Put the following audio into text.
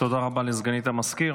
רבה לסגנית המזכיר.